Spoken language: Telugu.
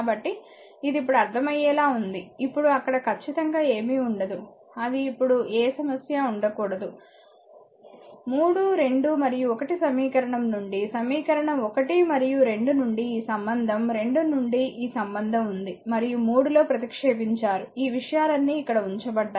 కాబట్టి ఇది ఇప్పుడు అర్థమయ్యేలా ఉంది ఇప్పుడు అక్కడ ఖచ్చితంగా ఏమీ ఉండదు ప్పుడు ఏ సమస్య ఉండకూడదు 3 2 మరియు 1 సమీకరణం నుండి సమీకరణం 1 మరియు 2 నుండి ఈ సంబంధం 2 నుండి ఈ సంబంధం ఉంది మరియు 3 లో ప్రతిక్షేపించారు ఈ విషయాలన్నీ ఇక్కడ ఉంచబడ్డాయి